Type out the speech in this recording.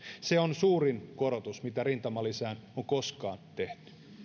se on suurin korotus mitä rintamalisään on koskaan tehty